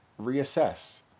reassess